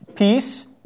Peace